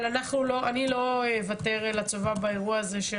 אבל אני לא אוותר לצבא באירוע הזה.